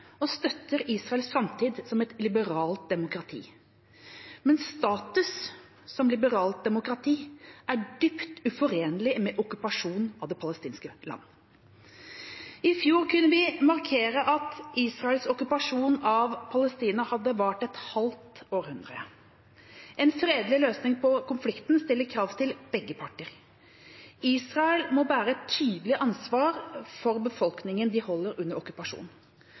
og støtter Israels framtid som et liberalt demokrati. Men status som liberalt demokrati er dypt uforenlig med okkupasjonen av det palestinske land. I fjor kunne vi markere at Israels okkupasjon av Palestina hadde vart et halvt århundre. En fredelig løsning på konflikten stiller krav til begge parter. Israel må bære et tydelig ansvar for befolkningen de holder under okkupasjon.